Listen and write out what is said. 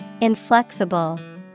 Inflexible